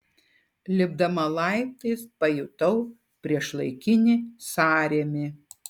lipdama laiptais pajutau priešlaikinį sąrėmį